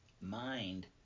mind